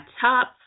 top